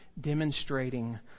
demonstrating